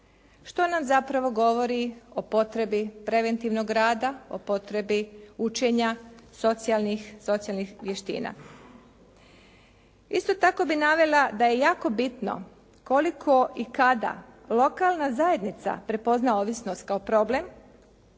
što nam zapravo govori o potrebi preventivnog rada, o potrebi učenja socijalnih vještina. Isto tako bih navela da je jako bitno koliko i kada lokalna zajednica prepozna ovisnost kao problem,